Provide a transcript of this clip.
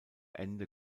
ende